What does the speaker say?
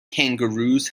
kangaroos